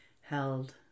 held